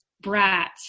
brat